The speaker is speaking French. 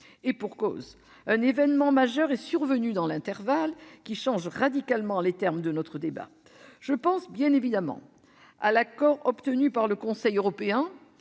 Et pour cause, un événement majeur est survenu dans l'intervalle qui change radicalement les termes de notre débat. Je pense évidemment à l'accord obtenu par le Conseil européen